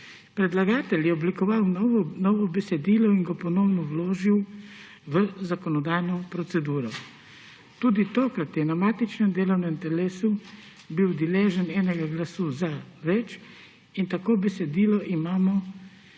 Predlagatelj je oblikoval novo besedilo in ga ponovno vložil v zakonodajno proceduro. Tudi tokrat je na matičnem delovnem telesu bil deležen enega glasu »za« več in tako besedilo imamo sedaj